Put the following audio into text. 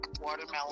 watermelon